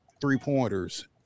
three-pointers